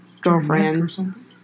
girlfriend